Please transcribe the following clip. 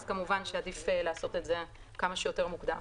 כמובן שעדיף לעשות את זה כמה שיותר מוקדם.